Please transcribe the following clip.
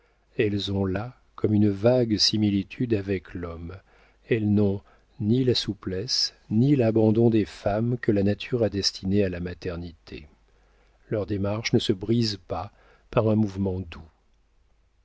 elles ont là comme une vague similitude avec l'homme elles n'ont ni la souplesse ni l'abandon des femmes que la nature a destinées à la maternité leur démarche ne se brise pas par un mouvement doux